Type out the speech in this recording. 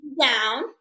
down